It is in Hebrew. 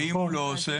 ואם הוא לא עושה?